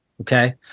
Okay